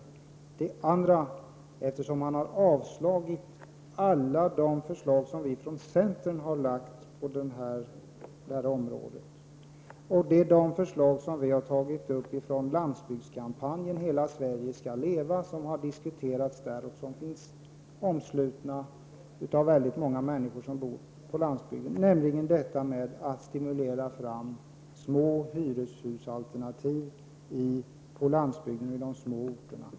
Jan Sandberg har sagt nej till alla förslag som vi från centern har väckt på detta område, förslag som har väckts av landsbygdskampanjen Hela Sverige skall leva. Dessa förslag omfattas av väldigt många människor som bor på landsbygden. Dessa förslag gäller att man skall stimulera fram små hyreshusalternativ på landsbygden och på de små orterna.